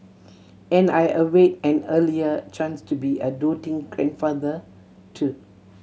and I await an earlier chance to be a doting grandfather too